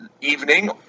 evening